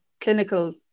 clinical